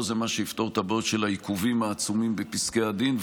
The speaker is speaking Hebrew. לא זה מה שיפתור את הבעיות של העיכובים העצומים בפסקי הדין.